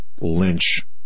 lynch